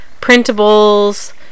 printables